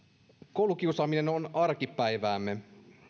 koulukiusaaminen on arkipäiväämme